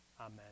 Amen